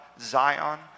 Zion